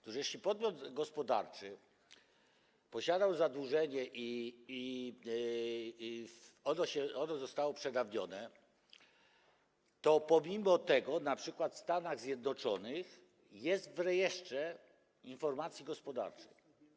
Otóż jeśli podmiot gospodarczy posiadał zadłużenie i zostało ono przedawnione, to pomimo tego np. w Stanach Zjednoczonych jest w rejestrze informacji gospodarczej.